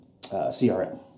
CRM